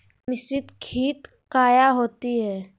मिसरीत खित काया होती है?